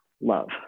love